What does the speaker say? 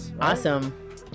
Awesome